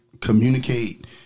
communicate